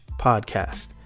podcast